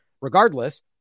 regardless